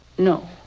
No